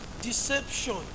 deception